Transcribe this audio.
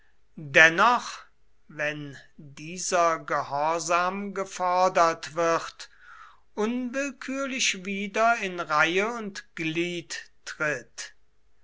dennoch wenn dieser gehorsam gefordert wird unwillkürlich wieder in reihe und glied tritt